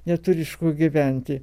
neturi iš ko gyventi